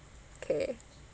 K